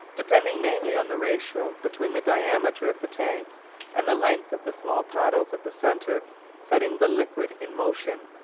depending mainly on the ratio between the diameter of the tank and the length of the small paddles at the centre setting the liquid in motion.